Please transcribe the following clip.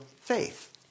faith